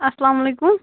اَسلام علیکُم